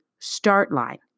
STARTLINE